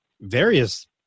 various